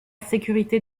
sécurité